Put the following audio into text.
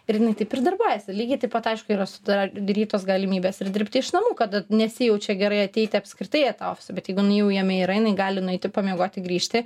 ir jinai taip ir darbuojasi lygiai taip pat aišku yra sudarytos galimybės ir dirbti iš namų kad nesijaučia gerai ateiti apskritai į tą ofisą bet jeigu jau jame yra jinai gali nueiti pamiegoti grįžti